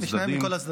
כן, מכל הצדדים.